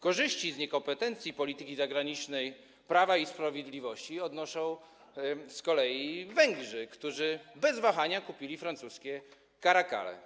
Korzyści wynikające z niekompetencji polityki zagranicznej Prawa i Sprawiedliwości odnoszą z kolei Węgrzy, którzy bez wahania kupili francuskie karakale.